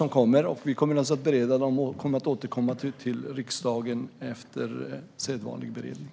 Vi kommer naturligtvis att bereda dem och kommer att återkomma till riksdagen efter sedvanlig beredning.